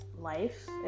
life